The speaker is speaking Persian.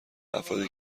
افرادی